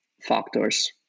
factors